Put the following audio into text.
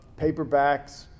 Paperbacks